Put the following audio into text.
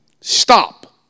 Stop